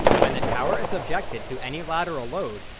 when the tower is subjected to any lateral load,